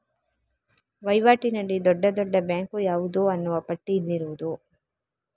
ವೈವಾಟಿನಲ್ಲಿ ದೊಡ್ಡ ದೊಡ್ಡ ಬ್ಯಾಂಕು ಯಾವುದು ಅನ್ನುವ ಪಟ್ಟಿ ಇಲ್ಲಿರುವುದು